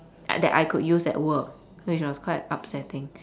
that I could use at work which was quite upsetting